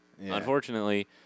unfortunately